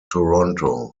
toronto